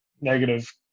negative